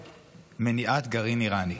ומניעת גרעין איראני.